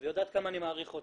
והיא יודעת כמה אני מעריך אותה,